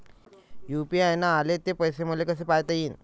UPI न आले ते पैसे मले कसे पायता येईन?